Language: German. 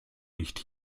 nicht